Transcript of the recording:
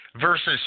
versus